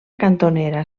cantonera